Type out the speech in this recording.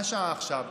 מה השעה עכשיו?